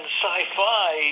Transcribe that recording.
sci-fi